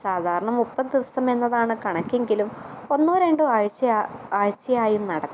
സാധാരണ മുപ്പത് ദിവസമെന്നതാണ് കണക്കെങ്കിലും ഒന്നോ രണ്ടോ ആഴ്ച്ച ആഴ്ചയായും നടത്താം